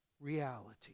reality